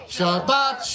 Shabbat